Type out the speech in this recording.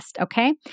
okay